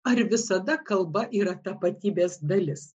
ar visada kalba yra tapatybės dalis